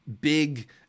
big